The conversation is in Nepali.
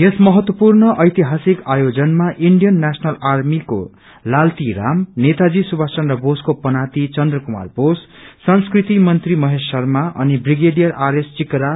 यस महत्त्वपूर्ण ऐतिहासिक आयोजनमा इंडियन नेशनल आर्मीको लालती राम नेताजी सुभाष चन्द्र बोसको पनाती चन्द्र कुमार बोस संस्कृति मंत्री महेश शर्मा अनि व्रिगेडियर आर एस विक्करा